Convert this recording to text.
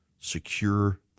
secure